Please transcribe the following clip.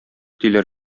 диләр